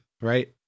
right